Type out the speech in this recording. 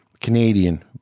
Canadian